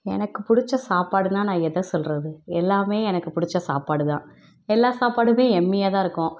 எனக்குப் பிடிச்ச சாப்பாடுன்னா நான் எதை சொல்லுறது எல்லாமே எனக்குப் பிடுச்ச சாப்பாடுதான் எல்லா சாப்பாடுமே யம்மியாக தான் இருக்கும்